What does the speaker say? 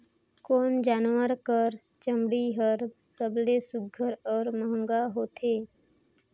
कोन जानवर कर चमड़ी हर सबले सुघ्घर और महंगा होथे?